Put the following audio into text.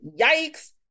yikes